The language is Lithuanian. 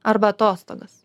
arba atostogas